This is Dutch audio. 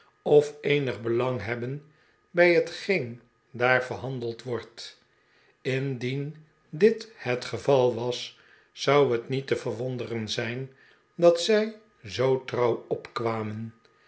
of eenig belang hebben bij hetgeen daar verhandeld wordt indien dit het geval was zou het niet te verwonderen zijn dat zij zoo trouw opkwamen